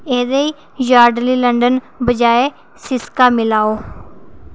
एह्दे Yardley London बजाए सिस्का मिलाओ